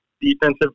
defensive